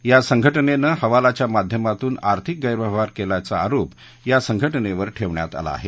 या संघटनेनं हवालाच्या माध्यमातून आर्थिक गैरव्यवहार केल्याचा आरोप या संघटनेवर ठेवण्यात आला आहे